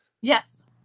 yes